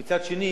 ומצד שני